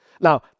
Now